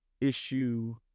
issue